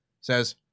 says